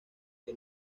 que